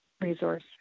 resource